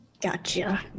Gotcha